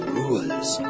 rules